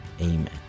Amen